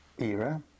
era